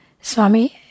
Swami